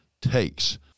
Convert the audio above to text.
takes